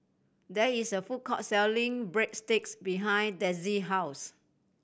there is a food court selling Breadsticks behind Dezzie house